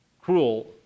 cruel